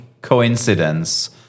coincidence